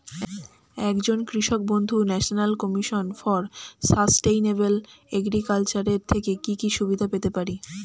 একজন কৃষক বন্ধু National Commission for Sustainable Agriculture এর থেকে কি কি সুবিধা পেতে পারে?